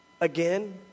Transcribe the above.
again